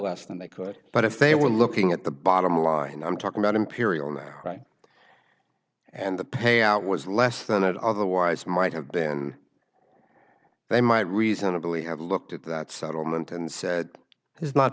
less than they could but if they were looking at the bottom line i'm talking about imperial now right and the payout was less than it otherwise might have been and they might reasonably have looked at that settlement and said it's not